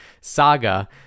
saga